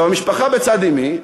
המשפחה מצד אמי,